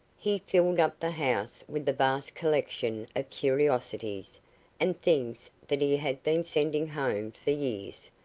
he filled up the house with the vast collection of curiosities and things that he had been sending home for years,